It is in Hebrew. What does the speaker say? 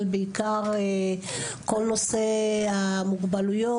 אבל בעיקר כל נושא המוגבלויות,